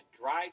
drive